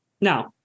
Now